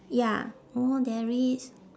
ya orh there is